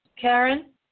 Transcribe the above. Karen